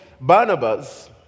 Barnabas